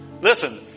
Listen